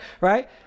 right